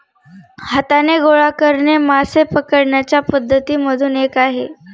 हाताने गोळा करणे मासे पकडण्याच्या पद्धती मधून एक आहे